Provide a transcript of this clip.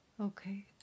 Okay